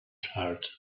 heart